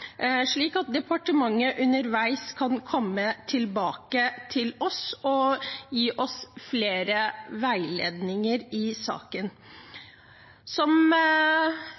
slik at departementet underveis kan komme tilbake og gi oss mer veiledning i saken. Som